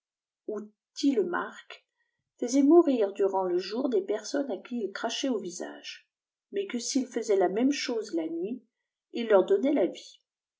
ou tilemark faisait mourir durant le pur les personnes à qui il crachait au visage mais que s'il faisait la môme chose la nuit il leur donnait la vie